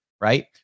right